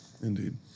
Indeed